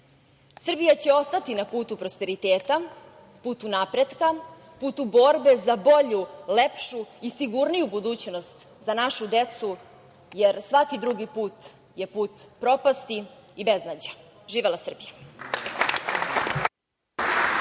sveni. Srbija će ostati na prosperiteta, putu napretka, putu borbe za bolju, lepšu i sigurniji budućnost, za našu decu, jer svaki drugi put je put propasti. Živela Srbija!